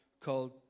called